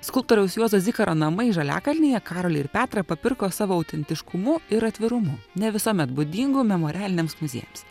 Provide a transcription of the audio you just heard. skulptoriaus juozo zikaro namai žaliakalnyje karolį ir petrą papirko savo autentiškumu ir atvirumu ne visuomet būdingu memorialiniams muziejams